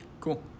Cool